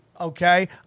okay